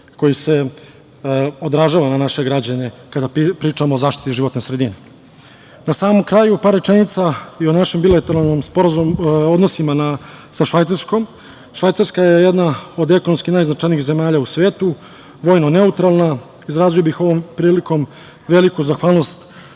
koji se odražava na naše građane, kada pričamo o zaštiti životne sredine. Na samom kraju, par rečenica i o našem bilateralnom sporazumu, odnosima sa Švajcarskom. Švajcarska je jedna od ekonomski najznačajnijih zemalja u svetu, vojno neutralna. Izrazio bih ovom prilikom veliku zahvalnost